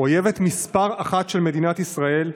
אויבת מספר אחת של מדינת ישראל,